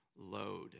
load